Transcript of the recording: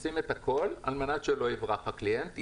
אנחנו עושים הכול על מנת שלא יברח הקליינט.